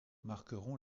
marqueront